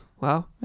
Wow